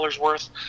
worth